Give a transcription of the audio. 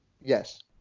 yes